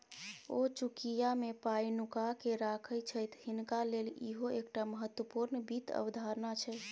ओ चुकिया मे पाय नुकाकेँ राखय छथि हिनका लेल इहो एकटा महत्वपूर्ण वित्त अवधारणा छै